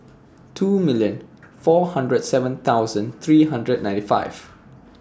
two million four hundred and seven thousand three hundred ninety five